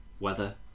Weather